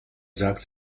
sagt